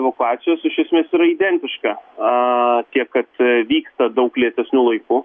evakuacijos iš esmės yra identiška a tiek kad vyksta daug lėtesniu laiku